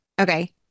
okay